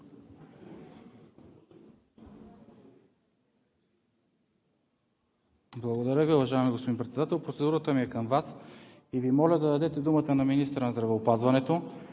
Благодаря Ви, уважаеми господин Председател. Процедурата ми е към Вас. Моля Ви да дадете думата на министъра на здравеопазването,